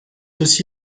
aussi